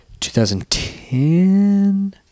2010